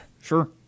Sure